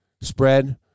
spread